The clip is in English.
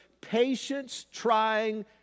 patience-trying